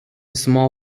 small